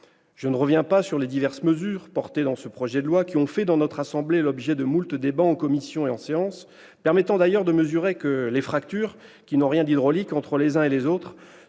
Je ne reviens pas sur les diverses mesures contenues dans ce projet de loi, qui ont donné lieu, dans notre assemblée, à moult débats en commission et en séance publique, permettant de mesurer les fractures qui n'ont rien d'hydraulique entre les uns et les autres,